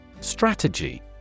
Strategy